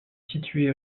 située